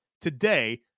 today